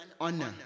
honor